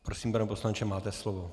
Prosím, pane poslanče, máte slovo.